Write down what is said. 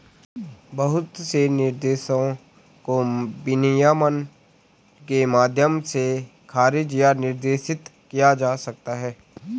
बहुत से निर्देशों को विनियमन के माध्यम से खारिज या निर्देशित किया जा सकता है